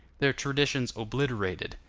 their traditions obliterated,